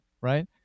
right